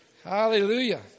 Hallelujah